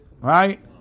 right